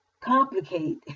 complicate